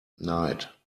night